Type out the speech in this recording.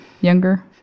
younger